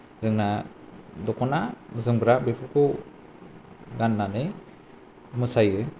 जोंना दख'ना जोमग्रा बेफोरखौ गाननानै मोसायो